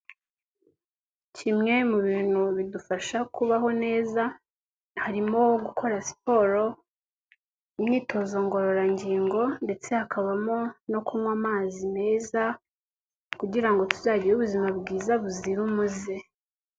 Kimwe mu bintu bidufasha kubaho neza, harimo gukora siporo, imyitozo ngororangingo ndetse hakabamo no kunywa amazi meza kugira ngo tuzagire ubuzima bwiza buzira umuze.